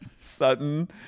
Sutton